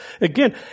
again